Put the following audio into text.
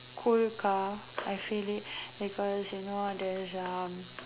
cool car I feel it because you know there's uh